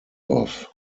off